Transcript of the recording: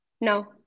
No